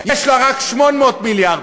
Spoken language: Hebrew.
יש לה רק 1.8 מיליארד,